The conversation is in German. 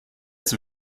zum